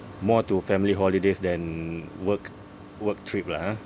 more to family holidays than work work trip lah ah